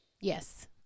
Yes